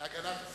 להגנת הסביבה.